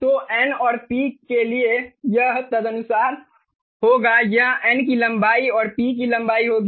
तो N और P के लिए यह तदनुसार होगा यह N की लंबाई और P की लंबाई होगी